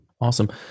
awesome